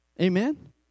Amen